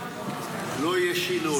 לא יהיה שינוי.